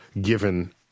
given